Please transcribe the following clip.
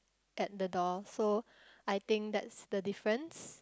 at the door so I think that's the difference